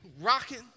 rocking